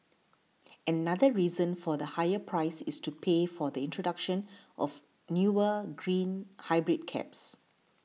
another reason for the higher price is to pay for the introduction of newer green hybrid cabs